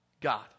God